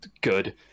good